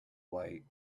light